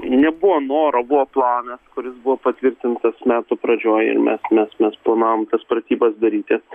nebuvo noro buvo planas kuris buvo patvirtintas metų pradžioj mes mes mes planavom tas pratybas daryti